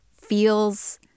feels